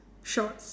shorts